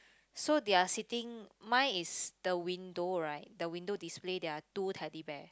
so they're sitting mine is the window right the window display there're two Teddy Bear